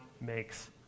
makes